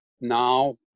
now